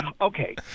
okay